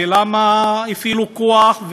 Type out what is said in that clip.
ולמה הפעילו כוח?